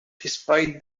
despite